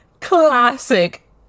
classic